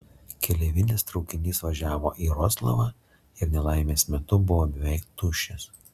keleivinis traukinys važiavo į vroclavą ir nelaimės metu buvo beveik tuščias